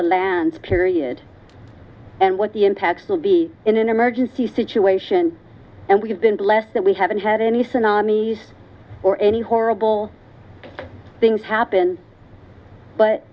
the lands period and what the impacts will be in an emergency situation and we have been blessed that we haven't had any tsunamis or any horrible things happen but